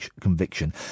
conviction